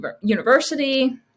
university